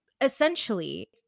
essentially